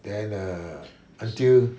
then err until